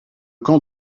camp